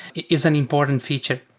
is an important feature.